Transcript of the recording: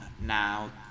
now